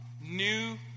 new